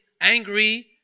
angry